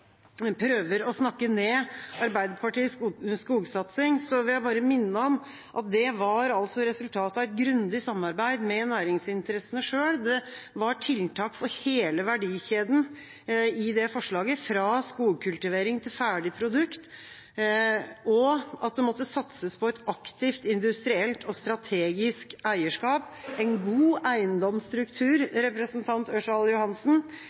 prøver å snakke ned Arbeiderpartiets skogsatsing, vil jeg bare minne om at dette var resultatet av et grundig samarbeid med næringsinteressene selv. Det var tiltak for hele verdikjeden i det forslaget, fra skogkultivering til ferdig produkt, og at det måtte satses på et aktivt industrielt og strategisk eierskap, en god eiendomsstruktur – representant Ørsal Johansen